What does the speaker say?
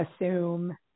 assume